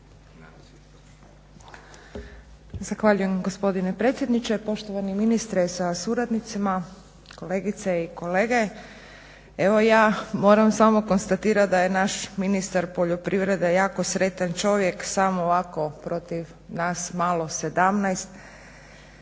Zahvaljujem gospodine predsjedniče. Poštovani ministre sa suradnicima, kolegice i kolege. Evo ja moram samo konstatirati da je naš ministar poljoprivrede jako sretan čovjek sam ovako protiv nas malo 17, da